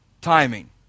timing